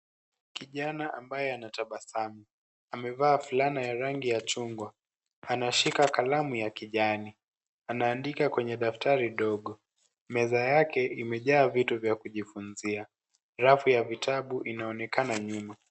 Kijana ambaye anatabasamu, amevaa fulana ya rangi ya chungwa. Anashika kalamu ya kijani, anaandika kwenye daftari ndogo. Meza yake imejaa vitu vya kujifunzia. Rafu ya vitabu inaonekana nyuma.